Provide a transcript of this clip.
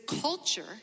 culture